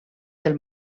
del